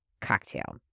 Cocktail